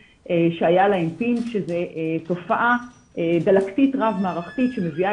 זו תופעה דלקתית רב-מערכתית שמביאה